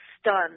stunned